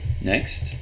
next